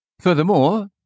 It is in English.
Furthermore